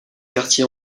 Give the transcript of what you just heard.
quartier